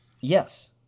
Yes